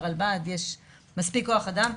ברלב"ד יש מספיק כוח-אדם.